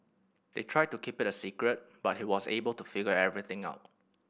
they tried to keep it a secret but he was able to figure everything out